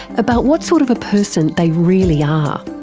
about what sort of a person they really are?